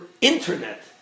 internet